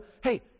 hey